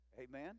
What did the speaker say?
amen